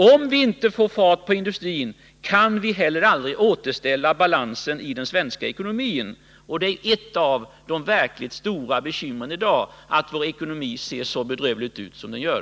Om vi inte får fart på industrin, kan vi heller aldrig återställa balansen i den svenska ekonomin. Det är ett av de verkligt stora bekymren i dag att vår ekonomi ser så bedrövlig ut som den gör.